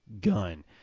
gun